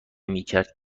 میکرد